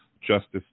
Justice